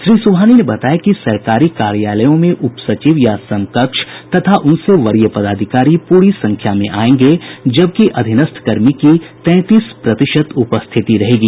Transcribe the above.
श्री सुबहानी ने बताया कि सरकारी कार्यालयों में उपसचिव या समकक्ष तथा उनसे वरीय पदाधिकारी पूरी संख्या में आयेंगे जबकि अधीनस्थ कर्मी की तैंतीस प्रतिशत उपस्थिति रहेगी